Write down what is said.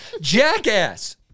jackass